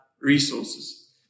resources